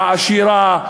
העשירה,